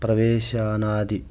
प्रवेशनादि